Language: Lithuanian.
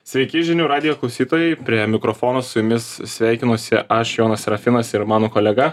sveiki žinių radijo klausytojai prie mikrofono su jumis sveikinuosi aš jonas serafinas ir mano kolega